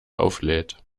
auflädt